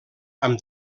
amb